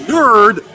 Nerd